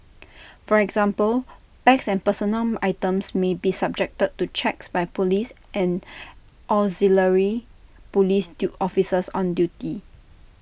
for example bags and personal items may be subjected to checks by Police and auxiliary Police to officers on duty